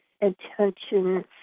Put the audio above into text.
intentions